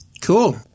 Cool